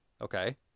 okay